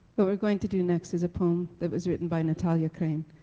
what we're going to do next is a poem that was written by nathalia crane.